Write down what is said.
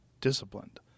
disciplined